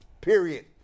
Period